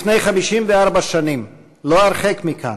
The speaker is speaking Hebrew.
לפני 54 שנים, לא הרחק מכאן,